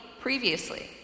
previously